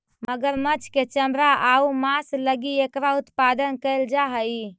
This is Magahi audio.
मगरमच्छ के चमड़ा आउ मांस लगी एकरा उत्पादन कैल जा हइ